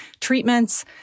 treatments